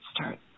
start